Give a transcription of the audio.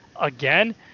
again